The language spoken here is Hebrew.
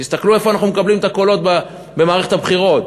תסתכלו איפה אנחנו מקבלים את הקולות במערכת הבחירות.